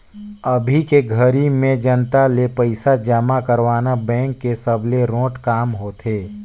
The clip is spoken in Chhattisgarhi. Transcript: अभी के घरी में जनता ले पइसा जमा करवाना बेंक के सबले रोंट काम होथे